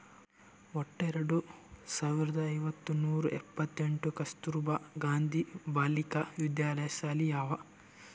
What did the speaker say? ವಟ್ಟ ಎರಡು ಸಾವಿರದ ಐಯ್ದ ನೂರಾ ಎಪ್ಪತ್ತೆಂಟ್ ಕಸ್ತೂರ್ಬಾ ಗಾಂಧಿ ಬಾಲಿಕಾ ವಿದ್ಯಾಲಯ ಸಾಲಿ ಅವಾ